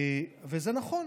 וזה נכון.